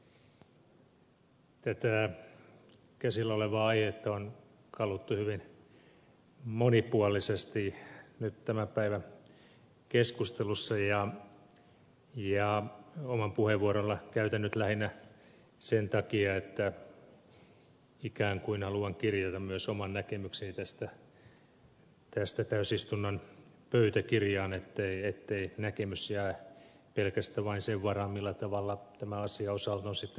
tätä käsillä olevaa aihetta on kaluttu hyvin monipuolisesti nyt tämän päivän keskustelussa ja oman puheenvuoroni käytän nyt lähinnä sen takia että ikään kuin haluan kirjata myös oman näkemykseni tästä täysistunnon pöytäkirjaan ettei näkemys jää pelkästään vain sen varaan millä tavalla tämän asian osalta on sitten tullut äänestettyä